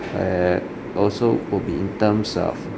err also will be in terms of